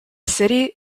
city